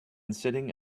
sitting